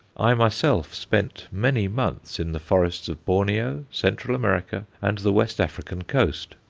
i myself spent many months in the forests of borneo, central america, and the west african coast.